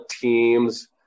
teams